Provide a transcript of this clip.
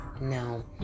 No